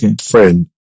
friend